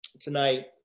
tonight